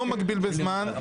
אני לא מגביל בזמן.